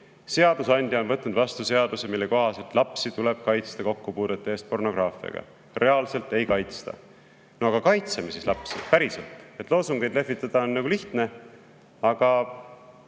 Seadusandja on võtnud vastu seaduse, mille kohaselt lapsi tuleb kaitsta kokkupuudete eest pornograafiaga, kuid reaalselt ei kaitsta. No aga kaitseme siis lapsi päriselt. Loosungeid lehvitada on lihtne, aga